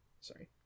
sorry